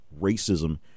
Racism